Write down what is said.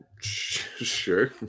Sure